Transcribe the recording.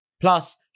Plus